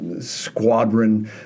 squadron